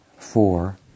Four